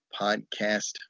podcast